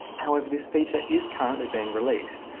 however, this feature is currently being released,